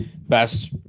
best